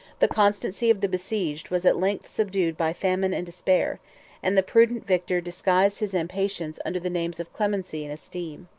the constancy of the besieged was at length subdued by famine and despair and the prudent victor disguised his impatience under the names of clemency and esteem.